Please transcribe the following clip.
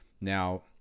Now